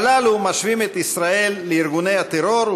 הללו משווים את ישראל לארגוני הטרור,